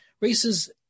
races